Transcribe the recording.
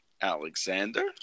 Alexander